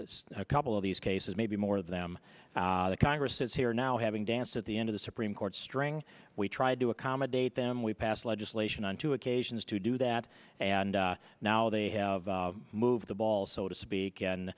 this a couple of these cases may be more of them the congress is here now having danced at the end of the supreme court string we tried to accommodate them we passed legislation on two occasions to do that and now they have moved the ball so to speak